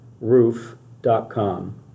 roof.com